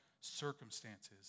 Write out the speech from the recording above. circumstances